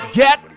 get